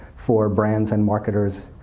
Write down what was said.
for brands and marketers,